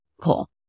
Cool